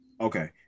Okay